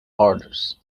orders